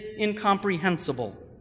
incomprehensible